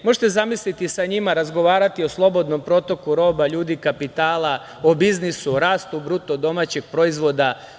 Možete zamisliti sa njima razgovarati o slobodnom protoku roba, ljudi, kapitala, o biznisu, o rastu bruto domaćeg proizvoda.